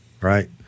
right